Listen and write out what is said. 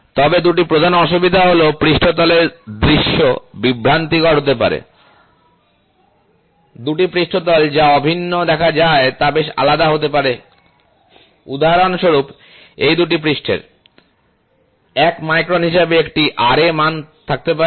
তবে দুটি প্রধান অসুবিধা হল পৃষ্ঠতলের দৃশ্য বিভ্রান্তিকর হতে পারে দুটি পৃষ্ঠতল যা অভিন্ন দেখা যায় তা বেশ আলাদা হতে পারে উদাহরণস্বরূপ এই দুটি পৃষ্ঠের 1 মাইক্রন হিসাবে একটি Ra মান থাকতে পারে